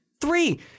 Three